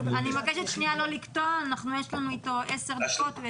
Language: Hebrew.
אני מבקשת לא לקטוע, יש לנו איתו עשר דקות.